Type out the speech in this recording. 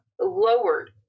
lowered